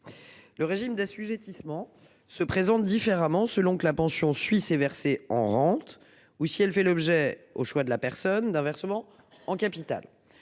Le régime d'assujettissement se présente différemment selon que la pension suisses et versée en rente ou si elle fait l'objet au choix de la personne d'un versement en capital.